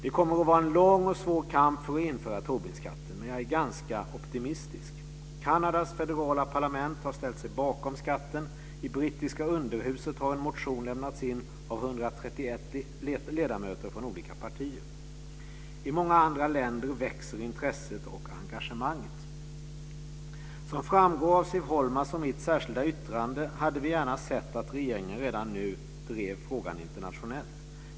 Det kommer att vara en lång och svår kamp för att införa Tobinskatten, men jag är ganska optimistisk. Kanadas federala parlament har ställt sig bakom skatten. I brittiska underhuset har en motion lämnats in av 131 ledamöter från olika partier. I många andra länder växer intresset och engagemanget. Som framgår av Siv Holmas och mitt särskilda yttrande hade vi gärna sett att regeringen redan nu drev frågan internationellt.